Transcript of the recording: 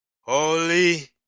Holy